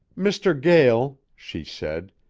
mr. gael, she said,